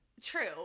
true